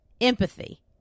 empathy